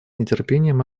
нетерпением